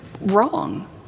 wrong